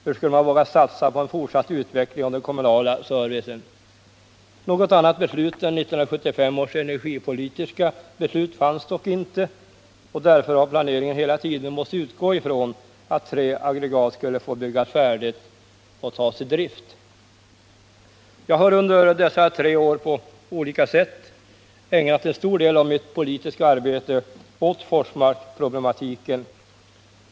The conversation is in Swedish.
Hur skulle man våga satsa på en fortsatt utveckling av den kommunala servicen? Något annat beslut än 1975 års energipolitiska beslut fanns dock inte, och därför har planeringen hela tiden måst utgå från att tre aggregat skulle få byggas färdigt och tas i drift. Jag har under dessa tre år på olika sätt ägnat en stor del av mitt politiska arbete åt Forsmarksproblematiken.